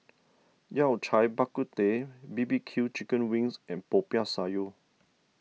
Yao Cai Bak Kut Teh B B Q Chicken Wings and Popiah Sayur